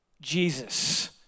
Jesus